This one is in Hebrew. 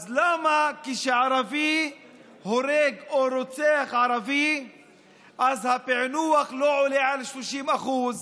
אז למה כשערבי הורג או רוצח ערבי אז הפענוח לא עולה על 30%?